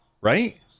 right